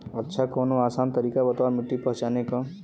अच्छा कवनो आसान तरीका बतावा मिट्टी पहचाने की?